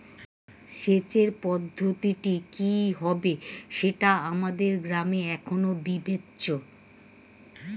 সেচের পদ্ধতিটি কি হবে সেটা আমাদের গ্রামে এখনো বিবেচ্য